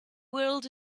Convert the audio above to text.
whirled